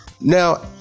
Now